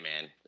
man